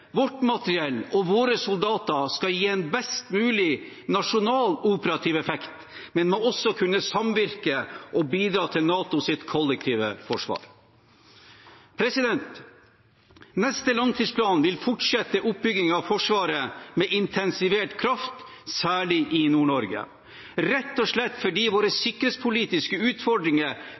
vårt materiell og våre soldater skal gi en best mulig nasjonal operativ effekt, men må også kunne samvirke og bidra til NATOs kollektive forsvar. Neste langtidsplan vil fortsette oppbyggingen av Forsvaret med intensivert kraft, særlig i Nord-Norge, rett og slett fordi våre sikkerhetspolitiske utfordringer